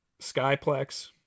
Skyplex